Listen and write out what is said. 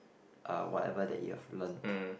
uh whatever that you have learnt